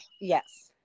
yes